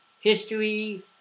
history